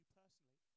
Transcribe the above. personally